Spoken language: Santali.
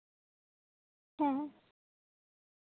ᱦᱮᱸ